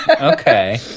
okay